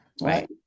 Right